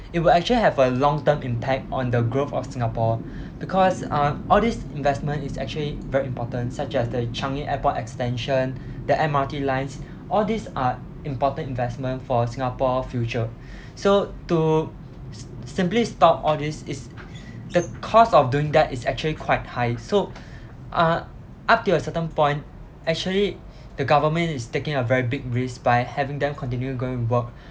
it will actually have a long term impact on the growth of singapore because uh all this investment is actually very important such as the changi airport extension the M_R_T lines all these are important investment for singapore future so to simply stop all these is the cost of doing that is actually quite high so uh up till a certain point actually the government is taking a very big risk by having them continue going to work